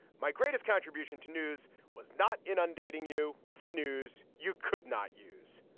my greatest contribution to news was not inundating you with the news you could not use.